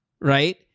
right